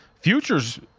futures